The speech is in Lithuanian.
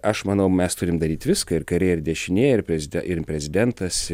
aš manau mes turim daryt viską ir karieji ir dešinieji ir prezide ir prezidentas